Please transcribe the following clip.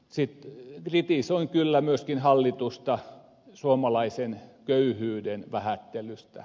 sitten kritisoin kyllä myöskin hallitusta suomalaisen köyhyyden vähättelystä